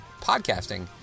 podcasting